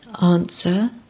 Answer